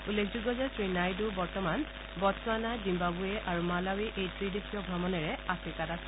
উল্লেখযোগ্য যে শ্ৰীনাইডু বৰ্তমান বটছোৱানা জিম্বাবৰে আৰু মালাৱি এই ত্ৰিদেশীয় ভ্ৰমণেৰে আফ্ৰিকাত আছে